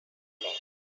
left